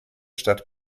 stadt